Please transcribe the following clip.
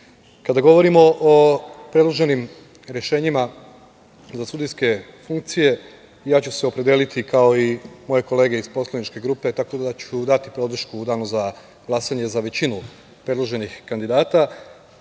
govorimo o predloženim rešenjima za sudijske funkcije, ja ću se opredeliti kao i moje kolege iz poslaničke grupe tako da ću dati podršku u danu za glasanje za većinu predloženih kandidata,